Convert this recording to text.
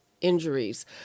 injuries